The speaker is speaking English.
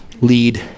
lead